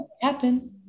happen